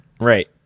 Right